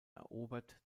erobert